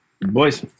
Boys